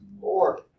four